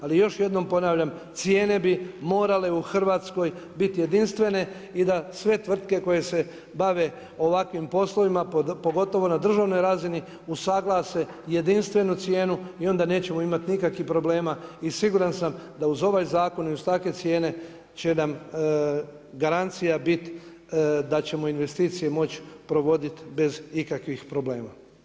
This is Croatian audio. Ali još jednom ponavljam, cijene bi morale u Hrvatskoj biti jedinstvene i da sve tvrtke koje se bave ovakvim poslovima pogotovo na državnoj razini usuglase jedinstvenu cijenu i onda nećemo imati nikakvih problema i siguran sam da uz ovaj zakon i uz takve cijene će nam garancija biti da ćemo investicije moći provoditi bez ikakvih problema.